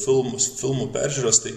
filmus filmų peržiūras tai